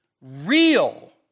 real